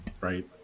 right